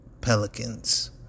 Pelicans